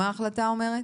מה ההחלטה אומרת?